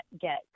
get